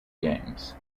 games